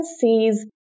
sees